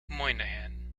moynihan